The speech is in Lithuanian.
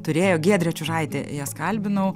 turėjo giedrė čiužaitė jas kalbinau